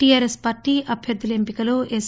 TRS party అభ్యర్థుల ఎంపికలో yes